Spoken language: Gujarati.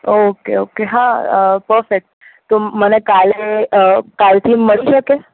ઓકે ઓકે હા પરફેક્ટ તો મ મને કાલે કાલથી મળી શકે